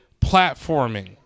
platforming